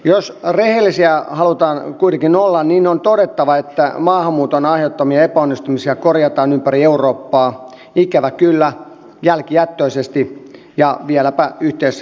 jos rehellisiä halutaan kuitenkin olla niin on todettava että maahanmuuton aiheuttamia epäonnistumisia korjataan ympäri eurooppaa ikävä kyllä jälkijättöisesti ja vieläpä yhteisvastuullisesti